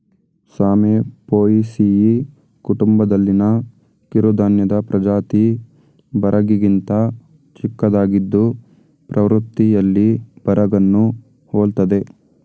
ಸಾಮೆ ಪೋಯೇಸಿಯಿ ಕುಟುಂಬದಲ್ಲಿನ ಕಿರುಧಾನ್ಯದ ಪ್ರಜಾತಿ ಬರಗಿಗಿಂತ ಚಿಕ್ಕದಾಗಿದ್ದು ಪ್ರವೃತ್ತಿಯಲ್ಲಿ ಬರಗನ್ನು ಹೋಲ್ತದೆ